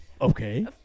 Okay